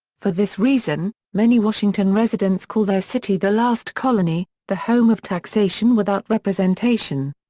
for this reason, many washington residents call their city the last colony, the home of taxation without representation.